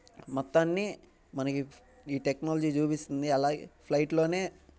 మొత్తాన్ని మనకి ఈ టెక్నాలజీ చూపిస్తుంది అలాగే ఫ్లైట్లోనే